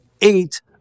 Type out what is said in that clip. eight